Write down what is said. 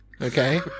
okay